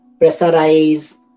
pressurize